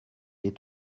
est